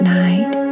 night